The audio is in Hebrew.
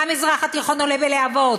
המזרח התיכון עולה בלהבות,